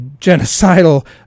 genocidal